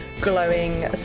glowing